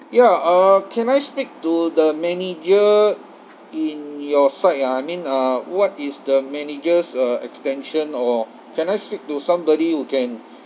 ya uh can I speak to the manager in your side ah I mean uh what is the manager's uh extension or can I speak to somebody who can